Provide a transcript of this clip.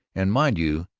and mind you,